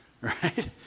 Right